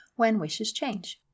whenwisheschange